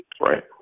Right